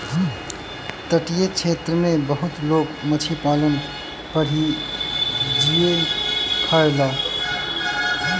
तटीय क्षेत्र में बहुते लोग मछरी पालन पर ही जिए खायेला